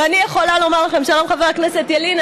ואני יכולה לומר לכם, שלום, חבר הכנסת ילין.